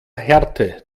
härte